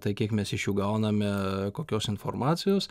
tai kiek mes iš jų gauname kokios informacijos